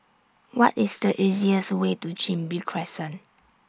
What IS The easiest Way to Chin Bee Crescent